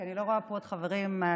כי אני לא רואה פה עוד חברים מהכנסת,